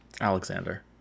alexander